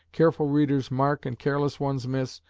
careful readers mark and careless ones miss,